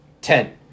ten